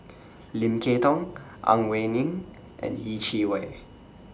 Lim Kay Tong Ang Wei Neng and Yeh Chi Wei